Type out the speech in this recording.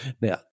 Now